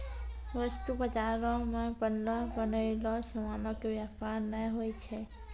वस्तु बजारो मे बनलो बनयलो समानो के व्यापार नै होय छै